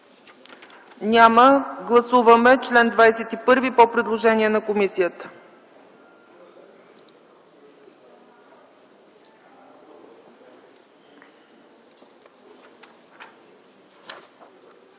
Няма. Гласуваме чл. 21 по предложение на комисията.